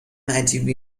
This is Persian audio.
عجیبی